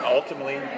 ultimately